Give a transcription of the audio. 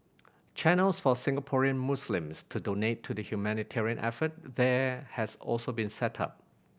channels for Singaporean Muslims to donate to the humanitarian effort there has also been set up